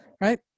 right